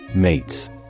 Mates